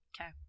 Okay